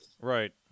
Right